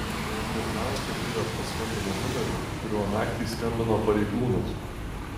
pirmiausia vyras paskambino numeriu kuriuo naktį skambino pareigūnas